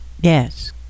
Yes